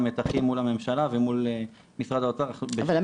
על מתחים מול הממשלה ומול משרד האוצר --- אבל,